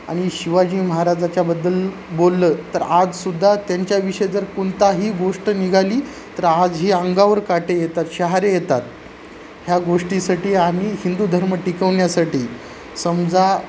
आणि शिवाजी महाराजाच्याबद्दल बोललं तर आजसुद्धा त्यांच्याविषयी जर कोणतीही गोष्ट निघाली तर आज ही अंगावर काटे येतात शहरे येतात ह्या गोष्टीसाठी आम्ही हिंदू धर्म टिकवण्यासाठी समजा